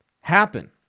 happen